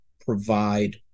provide